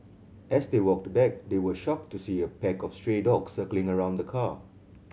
as they walked back they were shocked to see a pack of stray dogs circling around the car